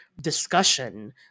discussion